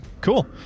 cool